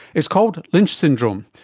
it's called lynch syndrome,